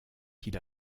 qu’il